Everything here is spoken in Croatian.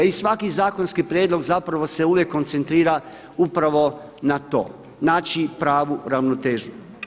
I svaki zakonski prijedlog zapravo se uvijek koncentrira upravo na to, naći pravu ravnotežu.